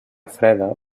freda